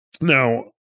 now